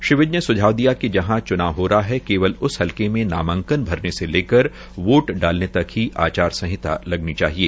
श्री विज ने सुझाव दिया कि जहां चुनाव हो रहा है केवल उस हलके मे नामांकन भरने से लेकर वोट डालने तक आचार सहिता लगनी चाहिए